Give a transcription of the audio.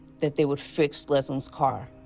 that they would fix lesline's car.